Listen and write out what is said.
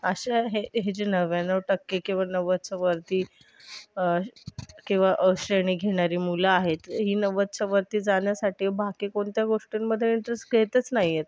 असे हे हे जे नव्व्याण्णव टक्के केवळ नव्वदच्या वरती किंवा अ श्रेणी घेणारी मुलं आहेत ही नव्वदच्या वरती जाण्यासाठी बाकी कोणत्या गोष्टींमध्ये इंटरेस्ट घेतच नाही आहेत